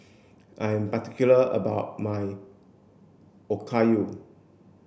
I'm particular about my Okayu